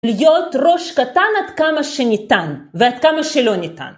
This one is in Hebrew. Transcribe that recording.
להיות ראש קטן עד כמה שניתן ועד כמה שלא ניתן